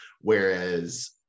Whereas